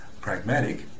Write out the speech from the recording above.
pragmatic